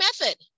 method